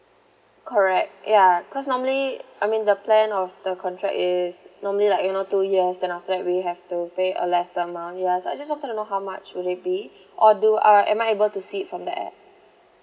correct ya cause normally I mean the plan of the contract is normally like you know two years then after that we have to pay a lesser amount ya so I just wanted to know how much would it be or do uh am I able to see it from the app